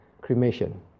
cremation